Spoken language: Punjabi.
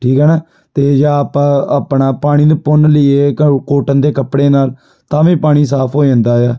ਠੀਕ ਹੈ ਨਾ ਅਤੇ ਜਾਂ ਆਪਾਂ ਆਪਣਾ ਪਾਣੀ ਨੂੰ ਪੁਣ ਲਈਏ ਕੋਟਨ ਦੇ ਕੱਪੜੇ ਨਾਲ ਤਾਂ ਵੀ ਪਾਣੀ ਸਾਫ਼ ਹੋ ਜਾਂਦਾ ਆ